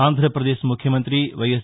ఆంధ్రాప్రదేశ్ ముఖ్యమంత్రి వైఎస్